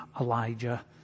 Elijah